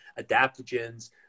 adaptogens